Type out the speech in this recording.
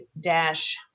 dash –